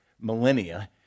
millennia